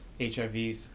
HIVs